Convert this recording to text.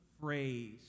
phrase